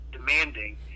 Demanding